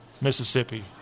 Mississippi